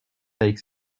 avec